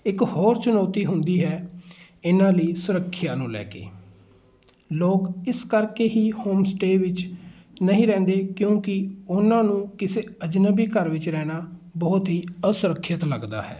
ਇੱਕ ਹੋਰ ਚੁਣੌਤੀ ਹੁੰਦੀ ਹੈ ਇਹਨਾਂ ਲਈ ਸੁਰੱਖਿਆ ਨੂੰ ਲੈ ਕੇ ਲੋਕ ਇਸ ਕਰਕੇ ਹੀ ਹੋਮ ਸਟੇਅ ਵਿੱਚ ਨਹੀਂ ਰਹਿੰਦੇ ਕਿਉਂਕਿ ਉਹਨਾਂ ਨੂੰ ਕਿਸੇ ਅਜਨਬੀ ਘਰ ਵਿੱਚ ਰਹਿਣਾ ਬਹੁਤ ਹੀ ਅਸੁਰੱਖਿਅਤ ਲੱਗਦਾ ਹੈ